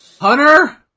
Hunter